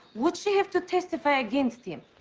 would she have to testify against him?